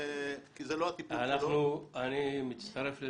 אני מצטרף.